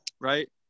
right